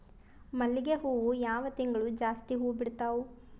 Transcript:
ಮಲ್ಲಿಗಿ ಹೂವು ಯಾವ ತಿಂಗಳು ಜಾಸ್ತಿ ಹೂವು ಬಿಡ್ತಾವು?